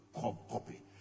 copy